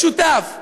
משותף,